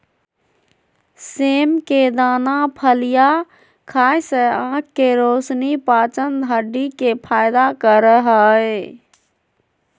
सेम के दाना फलियां खाय से आँख के रोशनी, पाचन, हड्डी के फायदा करे हइ